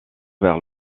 vers